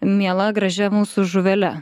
miela gražia mūsų žuvele